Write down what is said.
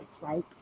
right